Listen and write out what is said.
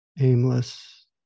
Aimless